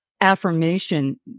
affirmation